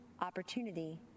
opportunity